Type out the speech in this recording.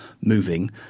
moving